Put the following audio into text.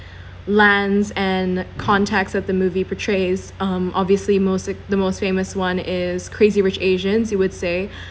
lands and contacts that the movie portrays um obviously most the most famous one is crazy rich asians you would say